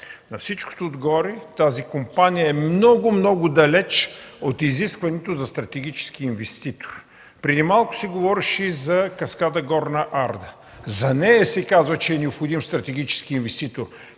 На всичко отгоре тази компания е много, много далеч от изискването за стратегически инвеститор. Преди малко се говореше за каскада „Горна Арда”. За нея се каза, че е необходим стратегически инвеститор.